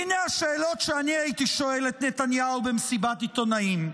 הינה השאלות שאני הייתי שואל את נתניהו במסיבת עיתונאים.